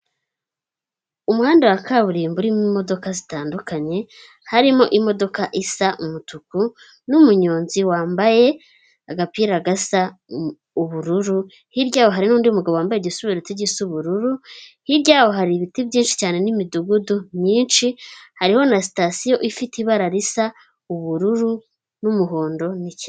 Umuhanda wa kaburimbo uririmo imodoka zitandukanye, harimo imodoka isa umutuku n'umuyonzi wambaye agapira gasa ubururu, hirya yaho hari n'undi mugabo wambaye igisurubeti gisa ubururu, hirya yaho hari ibiti byinshi cyane n'imidugudu myinshi hariho na sitasiyo ifite ibara risa ubururu n'umuhondo nicyatsi.